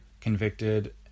convicted